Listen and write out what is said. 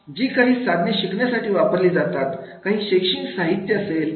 जी काही साधने शिकण्यासाठी वापरली जातात काही शैक्षणिक साहित्य असेल